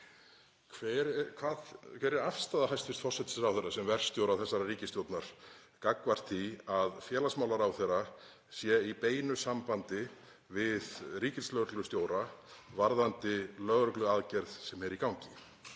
Hver er afstaða hæstv. forsætisráðherra sem verkstjóra þessarar ríkisstjórnar gagnvart því að félagsmálaráðherra sé í beinu sambandi við ríkislögreglustjóra varðandi lögregluaðgerð sem er í gangi?